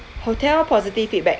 hotel positive feedback